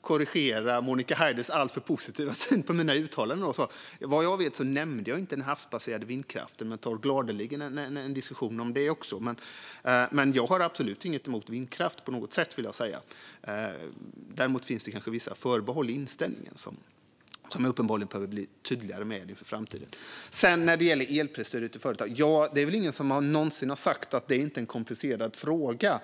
korrigera Monica Haiders alltför positiva syn på mina uttalanden, men vad jag vet nämnde jag inte den havsbaserade vindkraften. Men jag tar gladeligen en diskussion om den också. Jag har absolut inget emot vindkraft. Däremot finns det kanske vissa förbehåll i inställningen som jag uppenbarligen behöver bli tydligare med inför framtiden. När det gäller elprisstödet till företag har ingen någonsin sagt att det inte är en komplicerad fråga.